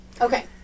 Okay